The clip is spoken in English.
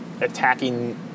attacking